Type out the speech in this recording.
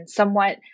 somewhat